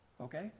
Okay